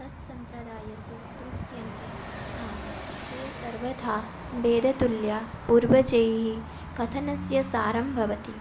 तत् सम्प्रदायेसु दृश्यन्ते आं ते सर्वथा वेदतुल्याः पूर्वजैः कथनस्य सारं भवति